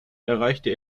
erreichte